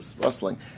rustling